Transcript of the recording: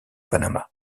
panama